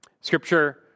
Scripture